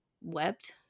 wept